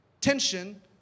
tension